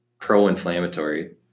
pro-inflammatory